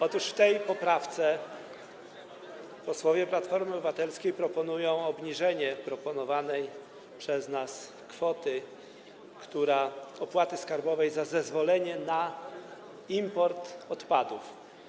Otóż w tej poprawce posłowie Platformy Obywatelskiej proponują obniżenie proponowanej przez nas kwoty opłaty skarbowej za wydanie zezwolenia na import odpadów.